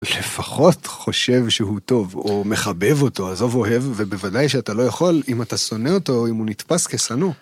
לפחות חושב שהוא טוב, או מחבב אותו, עזוב אוהב, ובוודאי שאתה לא יכול, אם אתה שונא אותו, אם הוא נתפס, כשנוא.